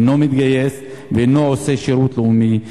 אינו מתגייס ואינו עושה שירותי לאומי,